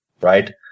right